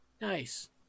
Nice